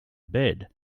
bed